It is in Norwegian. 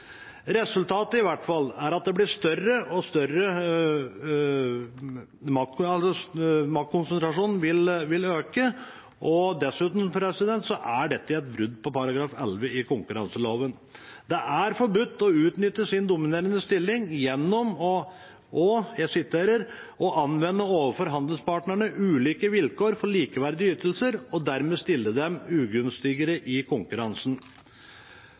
Resultatet er i hvert fall at maktkonsentrasjonen vil øke, og dessuten er dette et brudd på § 11 i konkurranseloven. Det er forbudt å utnytte sin dominerende stilling gjennom «å anvende overfor handelspartnerne ulike vilkår for likeverdige ytelser og derved stille dem ugunstigere i konkurransen.»